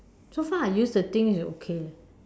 so far I use the thing is okay leh